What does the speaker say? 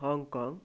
Hong Kong